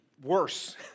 worse